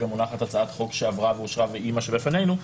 מונחת הצעת חוק שעברה ואושרה והיא מה שבפנינו,